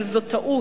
אבל זו טעות,